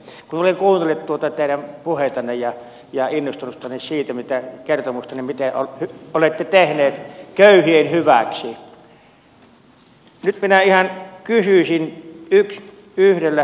kun olen kuunnellut teidän puheitanne ja innostunutta kertomustanne siitä mitä olette tehneet köyhien hyväksi nyt minä ihan kysyisin yhdellä lauseella